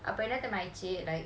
opponents mid like